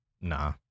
Nah